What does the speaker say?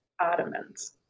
Ottomans